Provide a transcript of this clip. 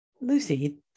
Lucy